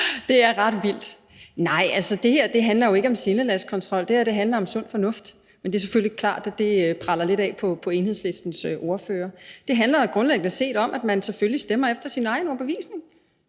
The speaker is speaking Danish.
Det er ret vildt. Det her handler jo ikke om sindelagskontrol. Det her handler om sund fornuft. Det er selvfølgelig klart, at det preller lidt af på spørgeren. Det handler grundlæggende om, at man selvfølgelig stemmer efter sin egen overbevisning.